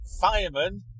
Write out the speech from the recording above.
Fireman